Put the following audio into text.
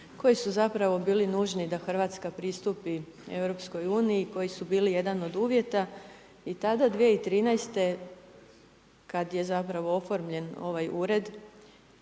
koji su zapravo bili nužni da Hrvatska pristupi EU i koji su bili jedan od uvjeta i tada 2013. kada je zapravo oformljen ovaj ured,